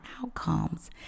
outcomes